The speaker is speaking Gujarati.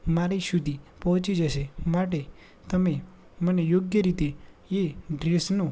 મારી સુધી પહોંચી જશે માટે તમે મને યોગ્ય રીતે એ ડ્રેસનો